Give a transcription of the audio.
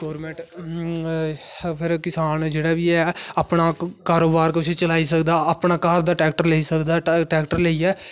government फिर किसान जेहड़ा बी ऐ कारोबार बनाई सकदा अपना घर दा ट्रक्टर लेई सकदा जां ट्रेक्टर लेइये